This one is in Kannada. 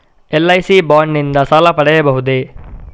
ಎಲ್.ಐ.ಸಿ ಬಾಂಡ್ ನಿಂದ ಸಾಲ ಪಡೆಯಬಹುದೇ?